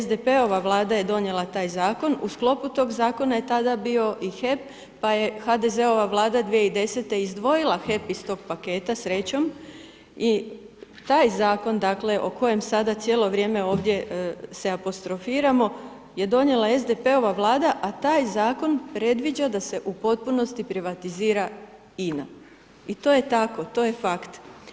SDP-ova Vlada je donijela taj zakon, u sklopu tog zakona je tada bio i HEP pa je HDZ-ova Vlada 2010. izdvojila HEP iz tog paketa, srećom i taj zakon dakle o kojem sada cijelo vrijeme ovdje se apostrofiramo je donijela SDP-ova vlada, a taj zakon predviđa da se u potpunosti privatizira INA i to je tako to je fakt.